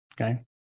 Okay